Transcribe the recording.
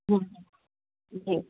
हूं जी